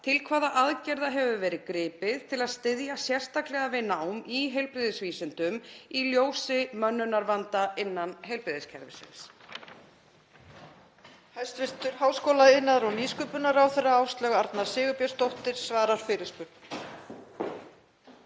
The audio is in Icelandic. Til hvaða aðgerða hefur verið gripið til að styðja sérstaklega við nám í heilbrigðisvísindum í ljósi mönnunarvanda innan heilbrigðiskerfisins?